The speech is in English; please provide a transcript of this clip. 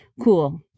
cool